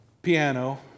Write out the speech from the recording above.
Piano